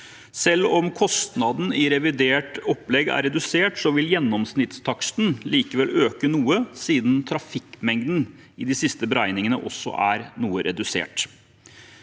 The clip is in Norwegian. Selv om kostnaden i revidert opplegg er redusert, vil gjennomsnittstaksten likevel øke noe siden trafikkmengden i de siste beregningene også er noe redusert.